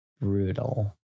brutal